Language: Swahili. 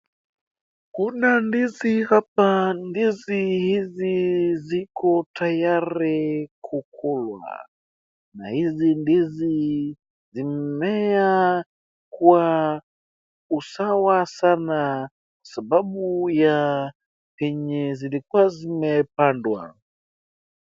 Kuna ndizi hapa, ndizi hizi zik tayari kukulwa na hizi ndizi zimemea kwa usawa sana kwa sababu ya penye zilikuwa zimepandwa.